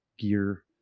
gear